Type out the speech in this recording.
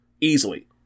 easily